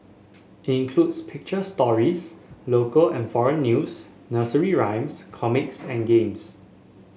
it includes picture stories local and foreign news nursery rhymes comics and games